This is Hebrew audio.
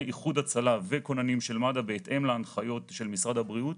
איחוד הצלה וכוננים של מד"א בהתאם להנחיות של משרד הבריאות,